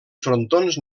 frontons